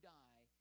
die